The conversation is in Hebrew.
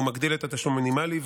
והוא מגדיל את התשלום המינימלי,